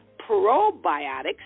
Probiotics